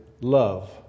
love